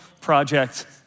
Project